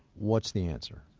what's the answer?